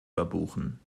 verbuchen